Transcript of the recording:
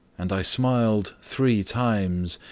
and i smiled three times,